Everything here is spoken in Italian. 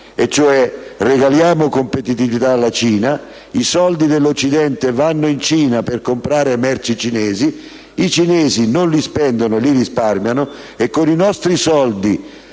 Noi regaliamo competitività alla Cina: i soldi dell'Occidente vanno in Cina per comprare merci cinesi; i cinesi non li spendono e li risparmiano; con i nostri soldi